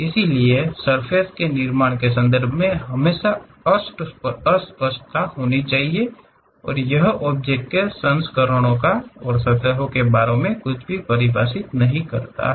इसलिए सर्फ़ेस के निर्माण के संदर्भ में हमेशा अस्पष्टता होनी चाहिए और यह ऑब्जेक्ट के संस्करणों और सतहों के बारे में कुछ भी परिभाषित नहीं करता है